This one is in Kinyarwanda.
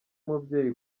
umubyeyi